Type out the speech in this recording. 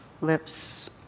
lips